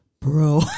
bro